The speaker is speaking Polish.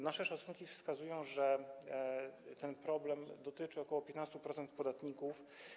Nasze szacunki wskazują, że ten problem dotyczy ok. 15% podatników.